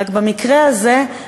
רק במקרה הזה,